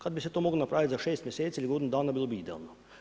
Kad bi se to moglo napraviti za 6 mjeseci ili godinu dana bilo bi idealno.